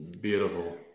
Beautiful